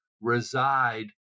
reside